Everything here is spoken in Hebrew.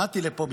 באתי לפה בשבילך,